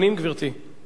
או ועדת הכלכלה?